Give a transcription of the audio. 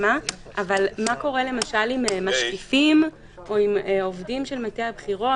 קורה עם משקיפים או עובדים של מטה הבחירות.